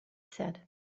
said